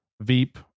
Veep